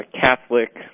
Catholic